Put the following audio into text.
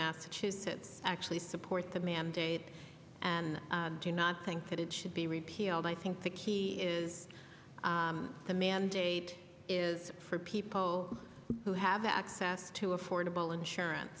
massachusetts actually support the mandates and do you not think that it should be repealed i think the key is the mandate is for people who have access to affordable insurance